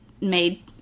made